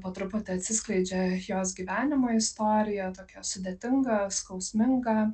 po truputį atsiskleidžia jos gyvenimo istorija tokia sudėtinga skausminga